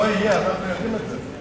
לא יהיה, אנחנו יודעים את זה.